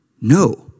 No